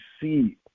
see